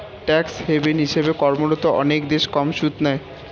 tax haven হিসেবে কর্মরত অনেক দেশ কম সুদ নেয়